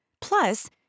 Plus